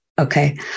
Okay